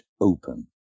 open